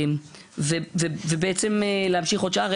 ובעצם להמשיך עוד שנה,